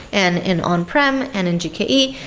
and in on-prem, and in gke.